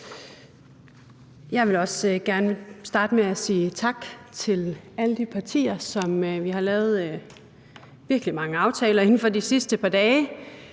Jeg vil også gerne starte med at sige tak til alle de partier, som vi har lavet virkelig mange aftaler med inden for de sidste par dage,